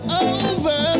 over